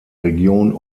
region